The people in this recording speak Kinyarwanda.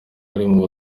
harimo